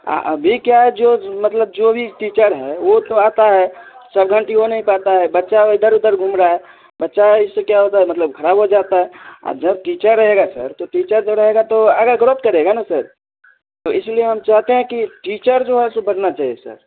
आ अभी क्या है जो मतलब जो भी टीचर है वो तो आता है सब घंटी हो नहीं पता है बच्चा इधर उधर घूम रहा है बच्चा इससे क्या होता है मतलब खराब हो जाता है आ जब टीचर रहेगा सर तो टीचर जो रहेगा तो अगर ग्रोथ करेगा ना सर तो इसलिए हम चाहते हैं कि टीचर जो है सुधरना चाहिए सर